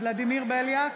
ולדימיר בליאק,